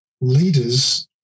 leaders